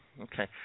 Okay